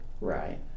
Right